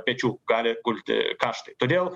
pečių gali gulti kaštai todėl